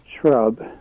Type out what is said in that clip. shrub